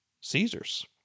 Caesar's